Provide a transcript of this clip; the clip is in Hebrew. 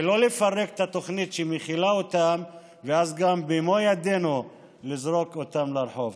ולא לפרק את התוכנית שמכילה אותם ואז גם במו ידינו לזרוק אותם לרחוב.